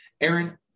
Aaron